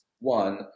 one